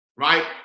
Right